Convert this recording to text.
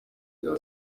bya